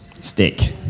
Stick